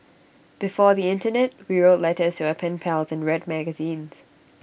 before the Internet we wrote letters to our pen pals and read magazines